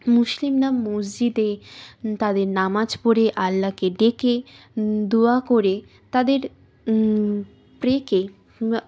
মুসলিমরা মসজিদে তাদের নামাজ পড়ে আল্লাহকে ডেকে দোয়া করে তাদের প্রেকে